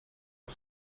het